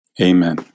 Amen